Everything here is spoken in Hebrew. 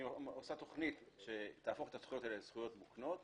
אני עושה תכנית שתהפוך את הזכויות האלו לזכויות מותנות,